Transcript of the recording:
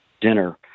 dinner